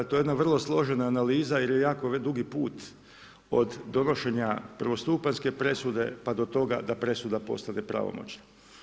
To je jedna vrlo složena analiza jer je jako dugi put od donošenja prvostupanjske presude, pa do toga da presuda postane pravomoćna.